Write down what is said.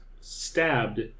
stabbed